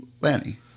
Lanny